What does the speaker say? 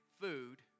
food